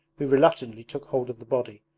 who reluctantly took hold of the body,